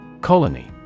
Colony